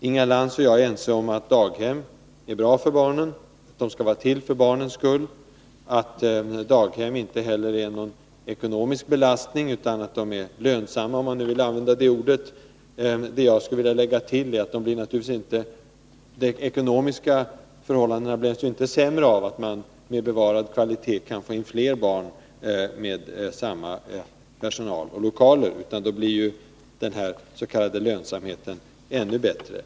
Inga Lantz och jag är ense om att daghem är bra för barnen, att de skall vara till för barnens skull, att daghem dessutom inte är någon ekonomisk belastning utan att de är lönsamma — om man nu vill använda det ordet. Det jag också skulle vilja säga är att förhållandena ekonomiskt sett naturligtvis inte blir sämre av att man med bevarad kvalitet, med samma personal och lokaler, kan få in fler barn. Därmed blir den s.k. lönsamheten ännu bättre.